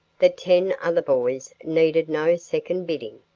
the ten other boys needed no second bidding.